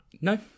No